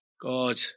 God